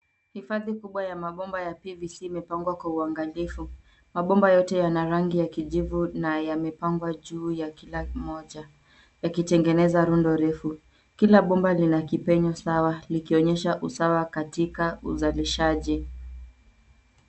Hifadhi kubwa ya mabomba ya PVC imepangwa kwa uangalifu. Mabomba yote yana rangi ya kijivu na yamepangwa juu ya kila moja yakitengeneza rundo refu. Kila bomba lina kipenyo sawa likionyesha usawa katika uzalishaji.